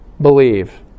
believe